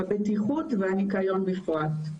והבטיחות והניקיון בפרט.